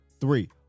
three